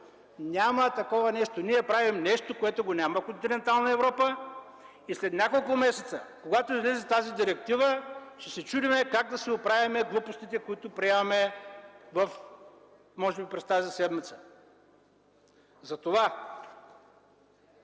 Няма такова нещо! Ние правим нещо, което го няма в континентална Европа, и след няколко месеца, когато излезе директивата, ще се чудим как да си оправяме глупостите, които ще приемаме през тази седмица. Затова